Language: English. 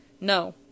No